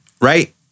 right